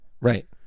Right